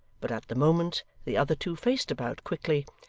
but at the moment, the other two faced about quickly,